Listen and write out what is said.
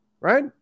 Right